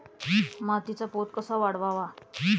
मातीचा पोत कसा वाढवावा?